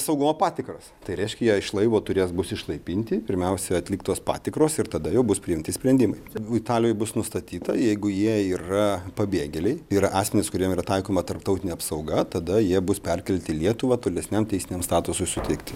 saugumo patikros tai reiškia jie iš laivo turės bus išlaipinti pirmiausia atliktos patikros ir tada jau bus priimti sprendimai jeigu italijoj bus nustatyta jeigu jie yra pabėgėliai ir asmenys kuriem yra taikoma tarptautinė apsauga tada jie bus perkelti į lietuvą tolesniam teisiniam statusui suteikti